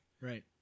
Right